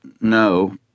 No